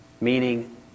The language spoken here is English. meaning